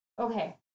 okay